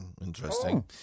Interesting